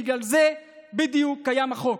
בגלל זה בדיוק קיים החוק.